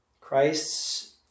Christ's